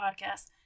Podcast